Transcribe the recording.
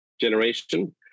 generation